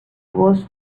voz